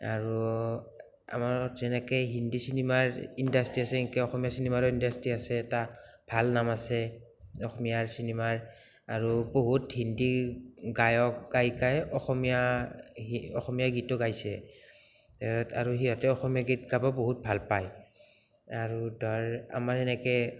আৰু আমাৰ যেনেকে হিন্দী চিনেমাৰ ইণ্ডাষ্ট্ৰি আছে হেনেকে অসমীয়া চিনেমাৰো ইণ্ডাষ্ট্ৰি আছে এটা ভাল নাম আছে অসমীয়াৰ চিনেমাৰ আৰু বহুত হিন্দী গায়ক গায়িকাই অসমীয়া অসমীয়া গীতো গাইছে আৰু সিহঁতে অসমীয়া গীত গাব বহুত ভাল পায় আৰু আমাৰ সেনেকে